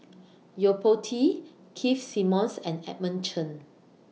Yo Po Tee Keith Simmons and Edmund Chen